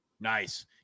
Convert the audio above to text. Nice